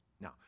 Now